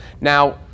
Now